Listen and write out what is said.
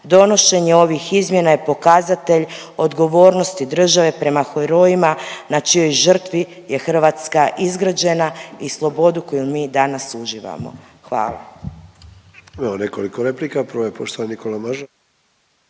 Donošenje ovih izmjena je pokazatelj odgovornosti države prema herojima na čijoj žrtvi je Hrvatska izgrađena i slobodu koju mi danas uživamo, hvala.